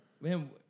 man